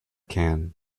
can